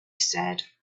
said